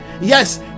Yes